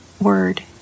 word